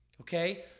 Okay